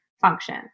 function